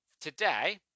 today